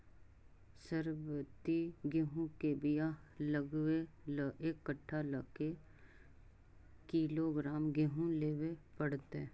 सरबति गेहूँ के बियाह लगबे ल एक कट्ठा ल के किलोग्राम गेहूं लेबे पड़तै?